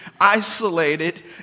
isolated